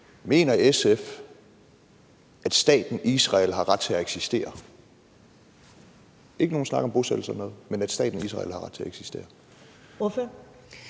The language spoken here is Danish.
Mener SF, at staten Israel har ret til at eksistere – altså ikke nogen snak om bosættelser, men om staten Israel har ret til at eksistere?